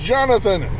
Jonathan